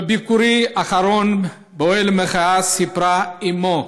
בביקורי האחרון באוהל המחאה סיפרה אימו,